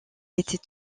était